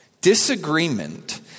Disagreement